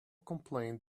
complain